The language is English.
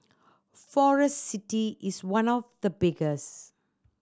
Forest City is one of the biggest